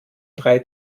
drei